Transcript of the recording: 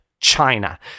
China